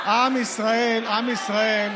עם ישראל,